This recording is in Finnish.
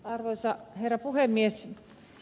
arvoisa herra puhemies